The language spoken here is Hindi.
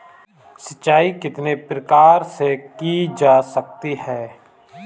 सिंचाई कितने प्रकार से की जा सकती है?